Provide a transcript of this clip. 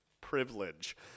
privilege